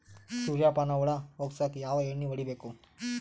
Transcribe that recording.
ಸುರ್ಯಪಾನ ಹುಳ ಹೊಗಸಕ ಯಾವ ಎಣ್ಣೆ ಹೊಡಿಬೇಕು?